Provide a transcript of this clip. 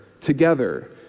together